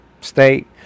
State